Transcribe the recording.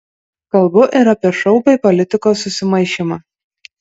kalbu ir apie šou bei politikos susimaišymą